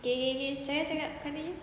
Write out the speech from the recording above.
okay okay okay cakap cakap continue